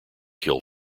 kill